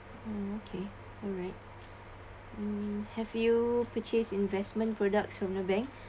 oh okay alright mm have you purchase investment products from the bank